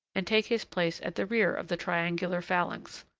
and take his place at the rear of the triangular phalanx,